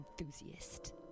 enthusiast